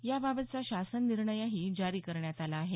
याबाबतचा शासन निर्णयही जारी करण्यात आला आहे